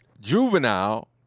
Juvenile